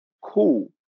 Cool